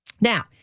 Now